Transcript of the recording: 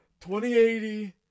2080